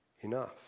enough